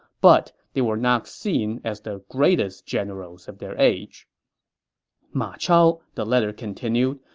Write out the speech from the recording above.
but they were not seen as the greatest generals of their age ma chao, the letter continued,